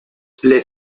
les